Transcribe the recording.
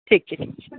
ठीक छै